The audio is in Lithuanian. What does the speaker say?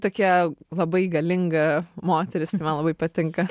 tokia labai galinga moteris tai man labai patinka